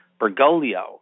Bergoglio